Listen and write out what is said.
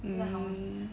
um